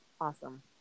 awesome